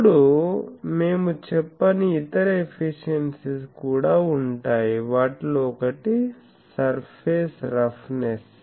ఇప్పుడు మేము చెప్పని ఇతర ఎఫిషియెన్సీస్ కూడా ఉంటాయి వాటిలో ఒకటి సర్ఫేస్ రఫ్నెస్